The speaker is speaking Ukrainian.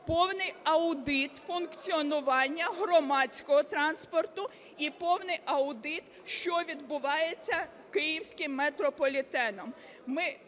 повний аудит функціонування громадського транспорту і повний аудит, що відбувається з Київським метрополітеном.